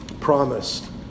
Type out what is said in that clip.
promised